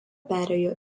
perėjo